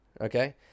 Okay